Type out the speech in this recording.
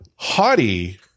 Hottie